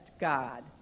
God